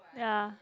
ya